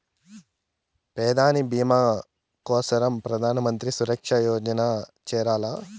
పెదాని బీమా కోసరం ప్రధానమంత్రి సురక్ష బీమా యోజనల్ల చేరాల్ల